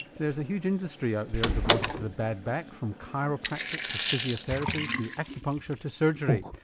there's a huge industry out there devoted to the bad back, from chiropractic to physiotherapy to acupuncture to surgery.